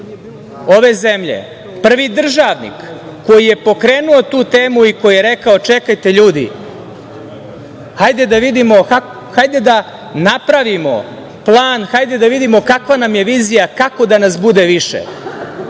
ove zemlje, prvi državnik koji je pokrenuo tu temu i koji je rekao – čekajte ljudi, hajde da napravimo plan, hajde da vidimo kakva nam je vizija, kako da nas bude više,